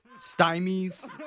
stymies